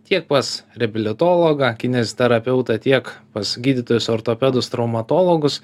tiek pas reabilitologą kineziterapeutą tiek pas gydytojus ortopedus traumatologus